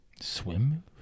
swim